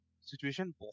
situation